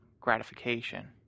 gratification